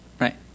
Right